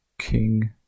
king